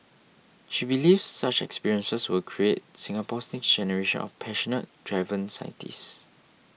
she believes such experiences will create Singapore's next generation of passionate driven scientists